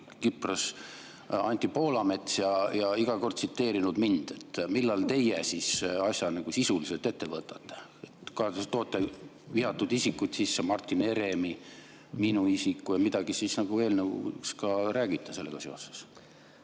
kipras, Anti Poolamets ja iga kord tsiteerinud mind. Millal teie siis asja nagu sisuliselt ette võtate? Kas toote vihatud isikuid sisse – Martin Heremi, minu isiku – ja midagi siis nagu eelnõust ka räägite sellega seoses?